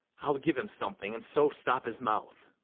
i'll give him something, and so stop his mouth.